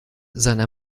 seiner